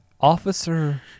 Officer